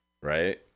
right